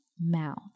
mouth